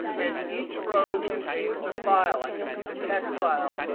and each row contains the file. i can see the text file.